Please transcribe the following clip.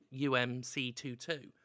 UMC22